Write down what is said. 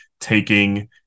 taking